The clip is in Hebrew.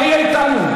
מה יהיה איתנו?